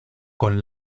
con